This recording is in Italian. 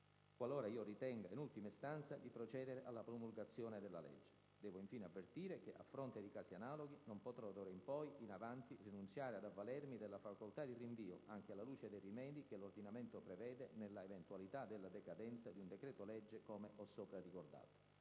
qualora io ritenga, in ultima istanza, di procedere alla promulgazione della legge. Devo infine avvertire che, a fronte di casi analoghi, non potrò d'ora in avanti rinunciare ad avvalermi della facoltà di rinvio, anche alla luce dei rimedi che l'ordinamento prevede nella eventualità della decadenza di un decreto-legge, come ho sopra ricordato».